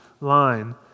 line